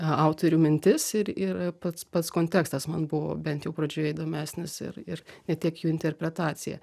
a autorių mintis ir ir pats pats kontekstas man buvo bent jau pradžioj įdomesnis ir ir ne tiek jų interpretacija